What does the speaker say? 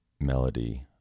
melody